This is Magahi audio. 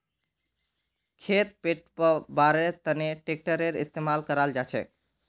खेत पैटव्वार तनों ट्रेक्टरेर इस्तेमाल कराल जाछेक